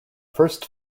first